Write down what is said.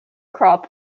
crop